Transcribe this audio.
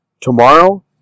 Tomorrow